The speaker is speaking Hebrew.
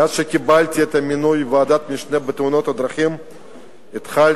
מאז קיבלתי את המינוי של ועדת המשנה לתאונות הדרכים התחלתי,